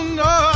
no